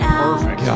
perfect